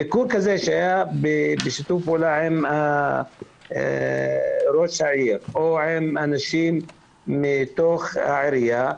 ביקור כזה בשיתוף פעולה עם ראש העיר או עם אנשים מתוך העירייה,